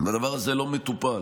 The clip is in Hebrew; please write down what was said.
הדבר הזה לא מטופל,